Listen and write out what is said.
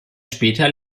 später